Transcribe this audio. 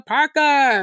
Parker